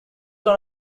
one